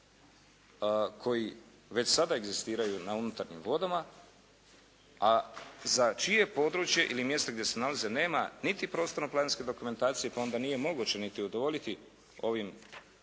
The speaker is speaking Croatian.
koji već sada egzistiraju na unutarnjim vodama a za čije područje ili mjesto gdje se nalaze nema niti prostorno planske dokumentacije pa onda nije moguće niti udovoljiti ovom zakonskom